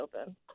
open